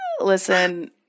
Listen